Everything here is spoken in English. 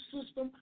system